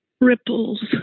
ripples